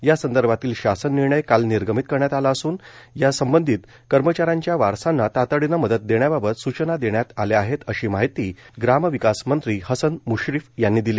यासंदर्भातील शासन निर्णय काल निर्गमित करण्यात आला असून संबंधीत कर्मचाऱ्यांच्या वारसांना तातडीनं मदत देण्याबाबत सूचना देण्यात आल्या आहेत अशी माहिती ग्रामविकासमंत्री हसन म्श्रीफ यांनी दिली